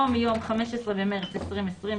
או מיום (15 במרס 2020),